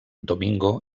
domingo